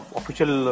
official